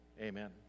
amen